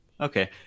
Okay